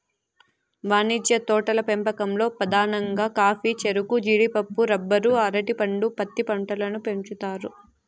వాణిజ్య తోటల పెంపకంలో పధానంగా కాఫీ, చెరకు, జీడిపప్పు, రబ్బరు, అరటి పండు, పత్తి పంటలను పెంచుతారు